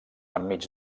enmig